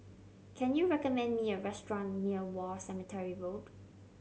can you recommend me a restaurant near War Cemetery Road